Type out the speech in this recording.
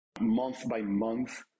month-by-month